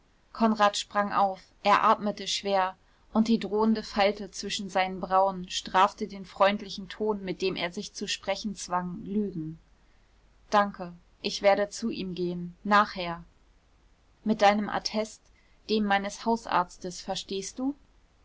konrad sprang auf er atmete schwer und die drohende falte zwischen seinen brauen strafte den freundlichen ton mit dem er sich zu sprechen zwang lügen danke ich werde zu ihm gehen nachher mit deinem attest dem meines hausarztes verstehst du